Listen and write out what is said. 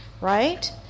Right